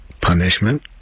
punishment